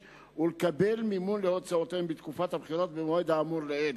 ולקבל מימון להוצאותיהן בתקופת הבחירות במועד האמור לעיל.